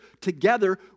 Together